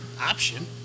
option